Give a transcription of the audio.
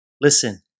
Listen